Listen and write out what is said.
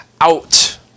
out